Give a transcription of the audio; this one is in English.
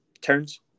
turns